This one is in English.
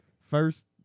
First